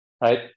right